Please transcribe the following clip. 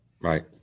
Right